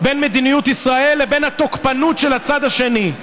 בין מדיניות ישראל לבין התוקפנות של הצד השני.